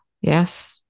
Yes